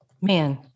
man